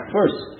First